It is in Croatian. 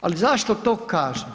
Ali zašto to kažem?